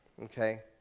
Okay